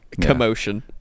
commotion